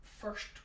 first